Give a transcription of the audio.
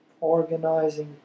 organizing